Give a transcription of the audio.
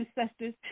ancestors